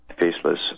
faceless